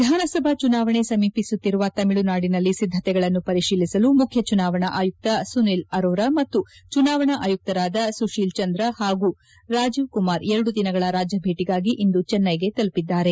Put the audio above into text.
ವಿಧಾನಸಭಾ ಚುನಾವಣೆ ಸಮೀಪಿಸುತ್ತಿರುವ ತಮಿಳುನಾಡಿನಲ್ಲಿ ಸಿದ್ದತೆಗಳನ್ನು ಪರಿಶೀಲಿಸಲು ಮುಖ್ಯ ಚುನಾವಣಾ ಆಯುಕ್ತ ಸುನಿಲ್ ಅರೋರಾ ಮತ್ತು ಚುನಾವಣಾ ಅಯುಕ್ತರಾದ ಸುಶೀಲ್ ಚಂದ್ರ ಹಾಗೂ ರಾಜೀವ್ ಕುಮಾರ್ ಎರಡು ದಿನಗಳ ರಾಜ್ಯ ಭೇಟಿಗಾಗಿ ಇಂದು ಚೆನ್ನೈಗೆ ತಲುಪಲಿದ್ದಾರೆ